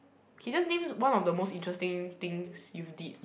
K just name one of the most interesting things you've did